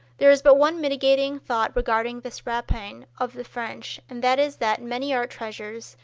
there is but one mitigating thought regarding this rapine of the french, and that is that many art treasures,